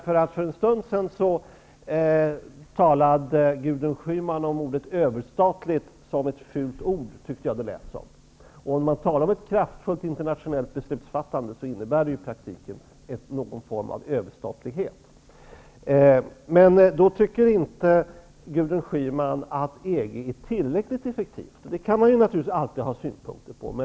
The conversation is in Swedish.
För en stund sedan talade Gudrun Schyman om ordet ''överstatligt'' som ett fult ord -- det lät så. Ett kraftfullt internationellt beslutsfattande innebär i praktiken någon form av överstatlighet. Då tycker inte Gudrun Schyman att EG är tillräckligt effektivt. Det kan man naturligtvis alltid ha synpunkter på.